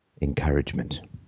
encouragement